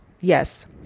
yes